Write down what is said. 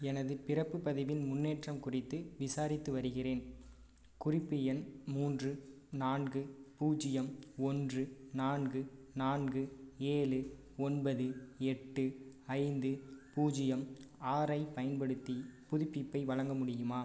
எனது பிறப்புப் பதிவின் முன்னேற்றம் குறித்து விசாரித்து வருகிறேன் குறிப்பு எண் மூன்று நான்கு பூஜ்ஜியம் ஒன்று நான்கு நான்கு ஏழு ஒன்பது எட்டு ஐந்து பூஜ்ஜியம் ஆறைப் பயன்படுத்தி புதுப்பிப்பை வழங்க முடியுமா